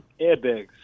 airbags